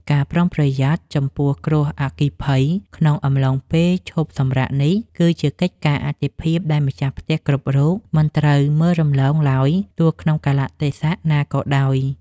ការប្រុងប្រយ័ត្នចំពោះគ្រោះអគ្គិភ័យក្នុងអំឡុងពេលឈប់សម្រាកនេះ គឺជាកិច្ចការអាទិភាពដែលម្ចាស់ផ្ទះគ្រប់រូបមិនត្រូវមើលរំលងឡើយទោះក្នុងកាលៈទេសៈណាក៏ដោយ។